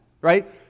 right